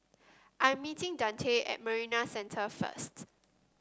I'm meeting Dante at Marina Centre first